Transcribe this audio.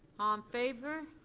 um favor?